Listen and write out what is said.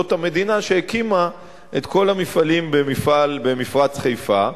היא אותה מדינה שהקימה את כל המפעלים במפרץ חיפה.